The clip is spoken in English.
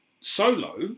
Solo